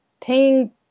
paying